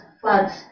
floods